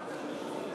ידידי,